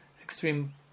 extreme